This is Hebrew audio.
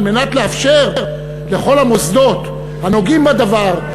כדי לאפשר לכל המוסדות הנוגעים בדבר,